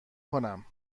کنم